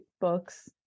books